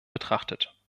betrachtet